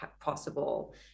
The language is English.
possible